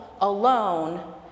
alone